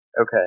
Okay